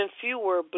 fewer